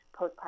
postpartum